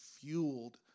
fueled